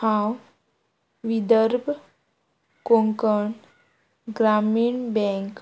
हांव विदर्भ कोंकण ग्रामीण बँक